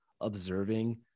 observing